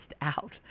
out